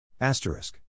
Asterisk